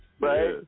right